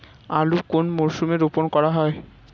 আলু কোন মরশুমে রোপণ করা হয়?